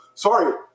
Sorry